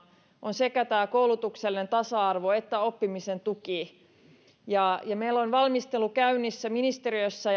sekä tämä koulutuksellinen tasa arvo että oppimisen tuki meillä on valmistelu käynnissä ministeriössä